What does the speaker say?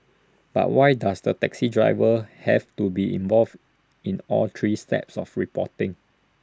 but why does the taxi driver have to be involved in all three steps of reporting